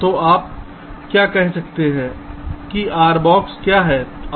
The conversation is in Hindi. तो आप क्या कह सकते हैं कि R⧠ क्या है